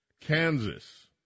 Kansas